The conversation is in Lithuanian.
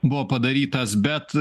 buvo padarytas bet